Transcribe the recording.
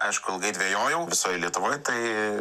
aišku ilgai dvejojau visoj lietuvoj tai